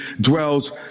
dwells